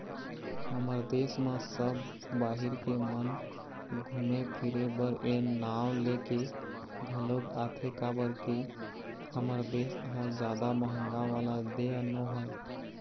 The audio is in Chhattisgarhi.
हमर देस म सब बाहिर के मन घुमे फिरे बर ए नांव लेके घलोक आथे काबर के हमर देस ह जादा महंगा वाला देय नोहय